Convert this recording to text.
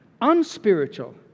Unspiritual